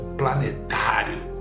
planetário